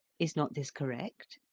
is not this correct?